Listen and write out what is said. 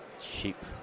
cheap